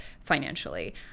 financially